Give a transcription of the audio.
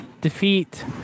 defeat